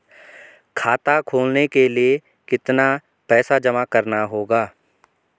खाता खोलने के लिये कितना पैसा जमा करना होगा?